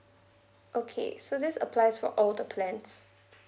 okay so this applies for all the plans